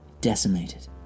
decimated